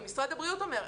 משרד הבריאות אומר,